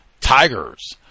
Tigers